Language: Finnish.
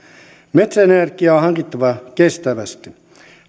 metsäenergiaa on hankittava kestävästi